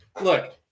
Look